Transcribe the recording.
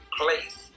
place